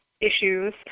issues